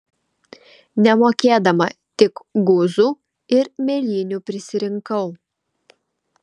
nemokėdama tik guzų ir mėlynių prisirinkau